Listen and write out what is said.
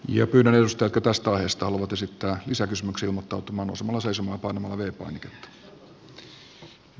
ja pyöräilystä tytöstä ajasta luvut esittää lisäkysymyksiä murtautumaan usan asuisin arvoisa puhemies